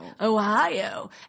Ohio